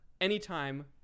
anytime